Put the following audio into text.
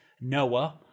Noah